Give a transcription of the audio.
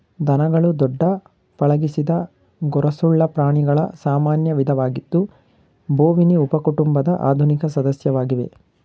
ದನಗಳು ದೊಡ್ಡ ಪಳಗಿಸಿದ ಗೊರಸುಳ್ಳ ಪ್ರಾಣಿಗಳ ಸಾಮಾನ್ಯ ವಿಧವಾಗಿದ್ದು ಬೋವಿನಿ ಉಪಕುಟುಂಬದ ಆಧುನಿಕ ಸದಸ್ಯವಾಗಿವೆ